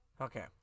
Okay